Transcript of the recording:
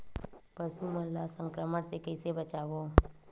पशु मन ला संक्रमण से कइसे बचाबो?